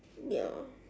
ya